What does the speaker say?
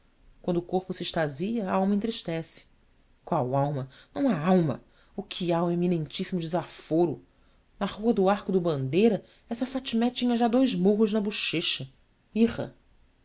quando o corpo se extasia a alma entristece qual alma não há alma o que há é um eminentíssimo desaforo na rua do arco do bandeira esta fatmé tinha já dous murros na bochecha irra